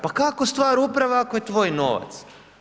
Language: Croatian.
Pa kako stvar uprave ako je tvoj novac?